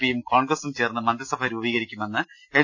പിയും കോൺഗ്രസും ചേർന്ന് മന്ത്രിസഭ രൂപീകരിക്കുമെന്ന് എൻ